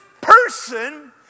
person